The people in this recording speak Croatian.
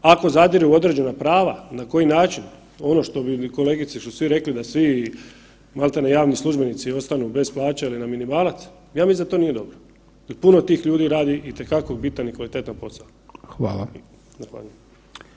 Ako zadiru u određena prava na koji način ono što bi kolegici, što su rekli da svi maltene javni službenici ostanu bez plaća ili na minimalac, ja mislim da to nije dobro jel puno tih ljudi radi itekako bitan i kvalitetan posao.